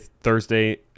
Thursday